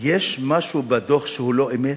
יש משהו בדוח שהוא לא אמת?